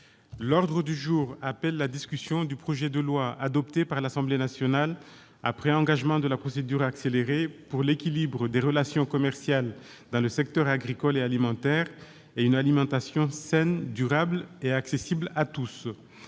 L'ordre du jour appelle la discussion du projet de loi, adopté par l'Assemblée nationale après engagement de la procédure accélérée, pour l'équilibre des relations commerciales dans le secteur agricole et alimentaire et une alimentation saine, durable et accessible à tous